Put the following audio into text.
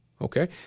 Okay